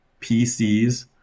pcs